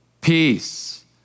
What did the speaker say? peace